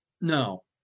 no